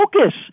focus